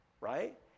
right